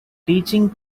teaching